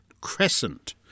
crescent